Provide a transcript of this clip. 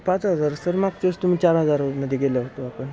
पाच हजार सर मागच्या वेळेस तुम्ही चार हजारमध्ये गेलो होतो आपण